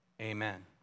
Amen